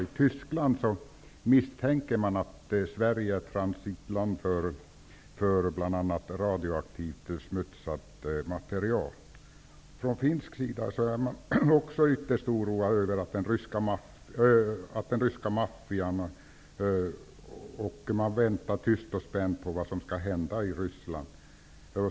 I Tyskland misstänker man att Sverige är ett transitland för bl.a. radiaktivt nedsmutsat material. I Finland är man ytterst oroad över den ryska maffian. Man väntar tyst och spänt på vad som skall hända i Ryssland.